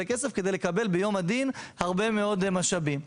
כסף כדי לקבל ביום הדין הרבה מאוד משאבים.